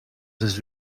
zes